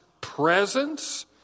presence